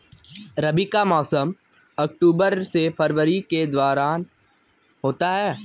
रबी का मौसम अक्टूबर से फरवरी के दौरान होता है